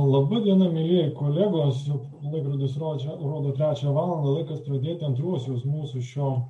laba diena mielieji kolegos jau laikrodis rodo rodo trečią valandą laikas pradėti antruosius mūsų šio